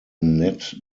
net